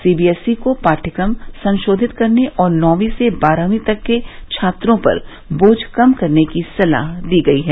CBSE को पाठयक्रम संशोधित करने और नौवीं से बारहवीं तक के छात्रों पर बोझ कम करने की सलाह दी गई है